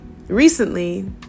Recently